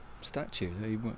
statue